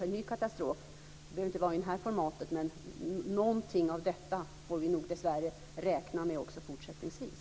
Det behöver inte vara i det här formatet, men någonting av detta får vi nog dessvärre räkna med också fortsättningsvis.